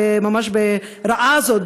ממש בחיה הרעה הזאת,